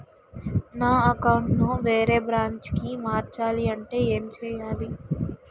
నా అకౌంట్ ను వేరే బ్రాంచ్ కి మార్చాలి అంటే ఎం చేయాలి?